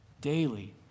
daily